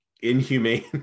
inhumane